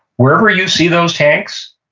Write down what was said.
wherever you see those tanks,